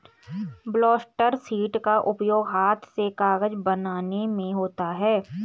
blotter sheet का उपयोग हाथ से कागज बनाने में होता है